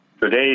Today